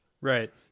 Right